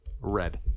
red